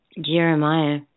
Jeremiah